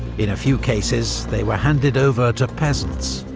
in a few cases, they were handed over to peasants,